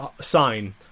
sign